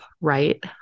Right